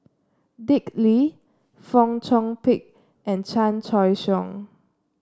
Dick Lee Fong Chong Pik and Chan Choy Siong